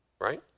right